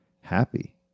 happy